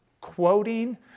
quoting